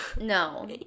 No